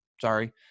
Sorry